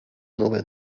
nowe